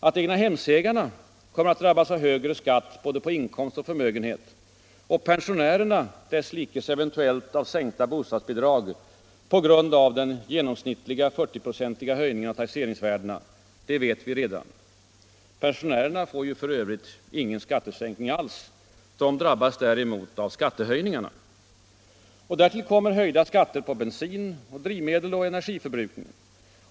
Att egnahemsägarna kommer att drabbas av högre skatt på både inkomst och förmögenhet, och pensionärerna desslikes eventuellt av sänkta bostadsbidrag på grund av den genomsnittliga 40-procentiga höjningen av taxeringsvärdena, det vet vi redan. Pensionärerna får f. ö. ingen skattesänkning alls. De drabbas däremot av skattehöjningarna. Därtill kommer höjda skatter på bensin och andra drivmedel samt på energiförbrukningen.